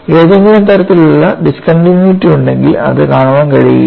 ഏതെങ്കിലും തരത്തിലുള്ള ഡിസ്കണ്ടിന്യൂയിറ്റി ഉണ്ടെങ്കിൽ അത് കാണാൻ കഴിയില്ല